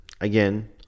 again